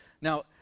Now